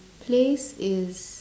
place is